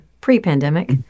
pre-pandemic